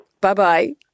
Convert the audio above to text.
Bye-bye